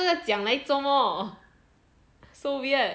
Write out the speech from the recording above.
这个讲来做什么 so weird